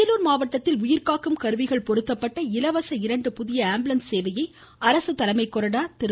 அரியலூர் மாவட்டத்தில் உயிர்காக்கும் கருவிகள் பொருத்தப்பட்ட இலவச இரண்டு புதிய ஆம்புலன்ஸ் சேவையை அரசு தலைமை கொறடா திரு